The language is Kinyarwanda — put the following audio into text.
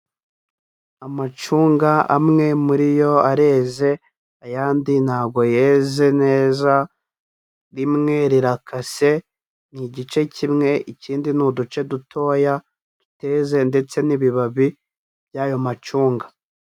Amacunga amwe muri yo areze, ayandi ntago yeze neza, rimwe rirakase, ni igice kimwe, ikindi ni uduce dutoya duteze, ndetse n'ibibabi by'ayo macunga.